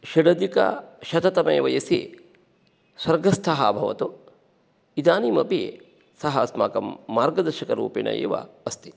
षडधिकशततमे वयसि स्वर्गस्थः अभवत् इदानीमपि सः अस्माकं मार्गदर्शकरूपेण एव अस्ति